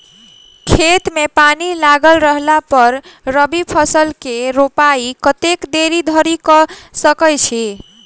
खेत मे पानि लागल रहला पर रबी फसल केँ रोपाइ कतेक देरी धरि कऽ सकै छी?